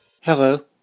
Hello